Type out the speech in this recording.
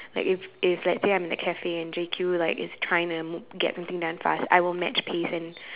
like if if let's say like I'm in a cafe and J_Q like is trying to m~ get something done fast I will match pace and